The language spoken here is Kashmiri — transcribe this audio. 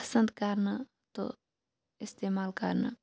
پَسَنٛد کَرنہٕ تہٕ اِستمال کَرنہٕ